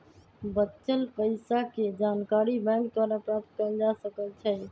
बच्चल पइसाके जानकारी बैंक द्वारा प्राप्त कएल जा सकइ छै